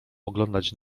oglądać